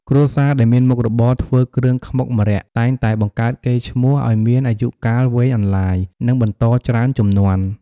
គ្រួសារដែលមានមុខរបរធ្វើគ្រឿងខ្មុកម្រ័ក្សណ៍តែងតែបង្កើតកេរ្តិ៍ឈ្មោះឱ្យមានអាយុកាលវែងអន្លាយ និងបន្តច្រើនជំនាន់។